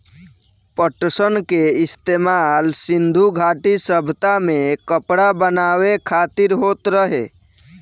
पटसन के इस्तेमाल सिंधु घाटी सभ्यता में कपड़ा बनावे खातिर होखत रहे